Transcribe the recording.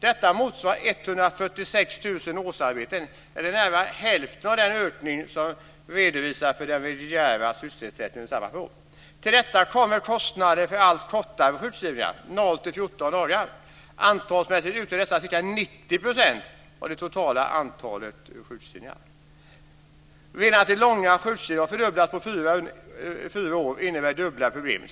Detta motsvarar 146 000 årsarbeten eller närmare hälften av den ökning som redovisas för den reguljära sysselsättningen under samma period. Till detta kommer kostnader för allt kortare sjukskrivningar, 0-14 dagar. Andelsmässigt utgör dessa ca 90 % av det totala antalet sjukskrivningar. Redan att de långa sjukskrivningarna har fördubblats på fyra år innebär dubbla problem.